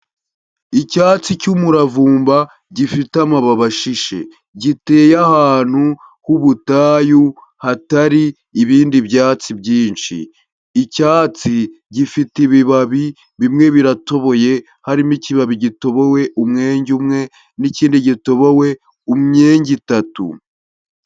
Icyatsi cy'umuravumba gifite amababi ashishe, giteye ahantu h'ubutayu hatari ibindi byatsi byinshi. Icyatsi gifite ibibabi bimwe biratoboye, harimo ikibabi gitobowe umwenge umwe, n'ikindi gitobowe umyenge itatu.